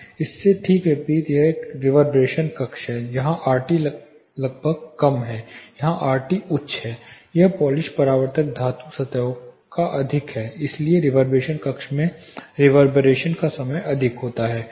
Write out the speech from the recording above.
इसके ठीक विपरीत यह एक रीवर्बरैशन कक्ष है यहाँ RT लगभग कम है यहाँ RT उच्च है यह पॉलिश परावर्तक धातु सतहों का अधिक है इसलिए रीवर्बरैशन कक्ष में रीवर्बरैशन का समय अधिक होता है